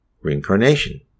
reincarnation